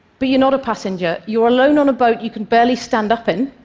but you're not a passenger. you're alone on a boat you can barely stand up in,